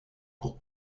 pour